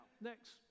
next